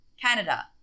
Canada